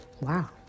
Wow